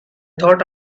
thought